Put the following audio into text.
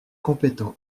compétent